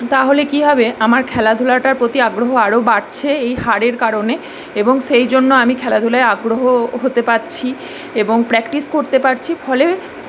তাহলে কি হবে আমার খেলাধুলাটার প্রতি আগ্রহ আরো বাড়ছে এই হারের কারণে এবং সেই জন্য আমি খেলাধুলায় আগ্রহ হতে পারছি এবং প্র্যাকটিস করতে পারছি ফলে